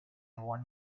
one